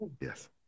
Yes